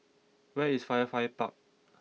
where is Firefly Park